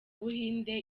buhinde